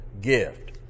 gift